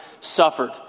suffered